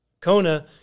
Kona